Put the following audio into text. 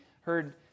heard